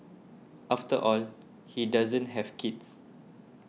after all he doesn't have kids